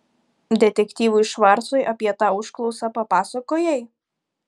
detektyvui švarcui apie tą užklausą papasakojai